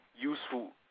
useful